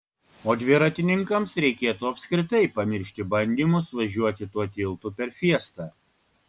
o dviratininkams reikėtų apskritai pamiršti bandymus važiuoti tuo tiltu per fiestą